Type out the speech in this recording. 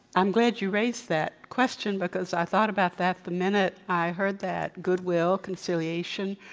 i'm glad you raised that question because i thought about that the minute i heard that goodwill conciliation.